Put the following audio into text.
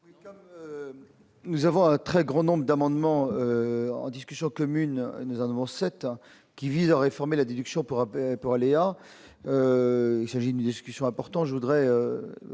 Nous avons un très grand nombre d'amendements en discussion commune, nous avons 7 qui vise à réformer la déduction pour pour aller à il s'agit, discussion important